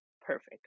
perfect